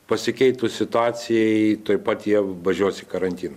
pasikeitus situacijai tuoj pat jie važiuos į karantiną